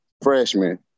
freshman